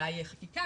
אולי חקיקה,